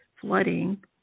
flooding